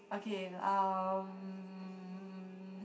okay uh